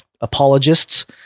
apologists